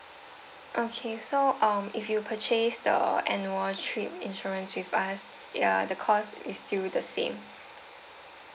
okay so um if you purchase the annual trip insurance with us ya the cost is still the same